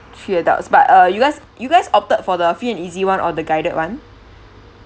three adults but uh you guys you guys opted for the free and easy one or the guided one